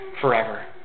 forever